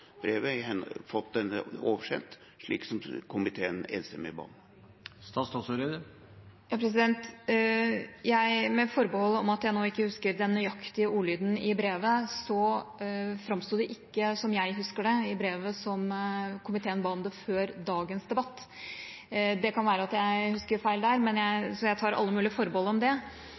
brevet, framsto det ikke, slik jeg husker det, i brevet som at komiteen ba om det før dagens debatt. Det kan være at jeg husker feil – jeg tar alle mulige forbehold om det.